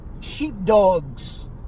sheepdogs